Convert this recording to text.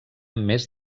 més